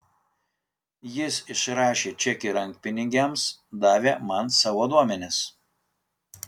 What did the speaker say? jis išrašė čekį rankpinigiams davė man savo duomenis